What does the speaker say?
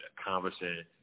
accomplishing